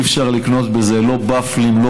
אי-אפשר לקנות בזה לא ופלים,